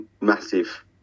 massive